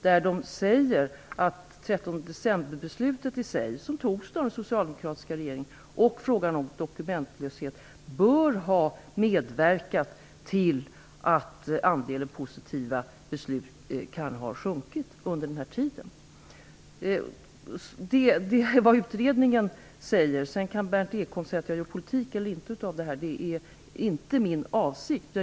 Man säger att 13 decemberbeslutet, som fattades av den socialdemokratiska regeringen, och frågorna gällande dokumentlöshet bör ha medverkat till att andelen positiva beslut kan ha ha sjunkit under perioden. Detta är vad utredningen säger. Sedan kan Berndt Ekholm säga att jag gör politik av detta. Det är dock inte min avsikt.